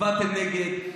הצבעתם נגד,